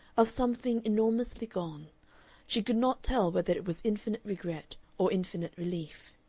of something enormously gone she could not tell whether it was infinite regret or infinite relief.